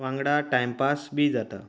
वांगडा time pass बी जाता